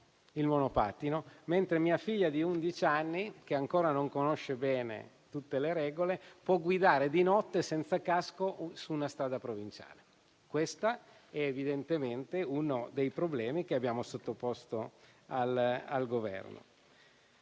il monopattino in città; mentre mia figlia di undici anni, che ancora non conosce bene tutte le regole, può guidare di notte senza casco o su una strada provinciale. Questo è evidentemente uno dei problemi che abbiamo sottoposto al Governo,